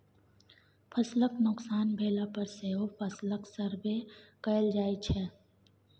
फसलक नोकसान भेला पर सेहो फसलक सर्वे कएल जाइ छै